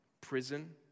prison